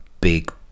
big